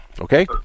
Okay